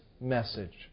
message